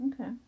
Okay